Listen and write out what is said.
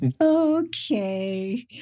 Okay